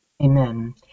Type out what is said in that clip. Amen